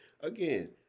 again